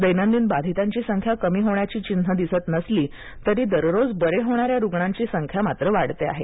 दैनंदिन बाधितांची संख्या कमी होण्याची चिन्हं दिसत नसली तरी दररोज बरे होणाऱ्या रुग्णांची संख्या मात्र वाढते आहे